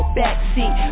backseat